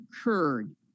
occurred